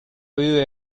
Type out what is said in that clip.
vive